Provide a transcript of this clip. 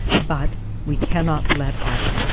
but we cannot let off.